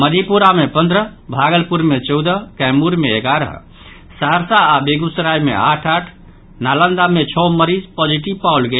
मधेपुरा मे पन्द्रह भागलपुर मे चौदह कैमूर मे एगारह सहरसा आओर बेगूसराय मे आठ आठ आओर नालंदा मे छओ मरीज पॉजिटिव पाओल गेल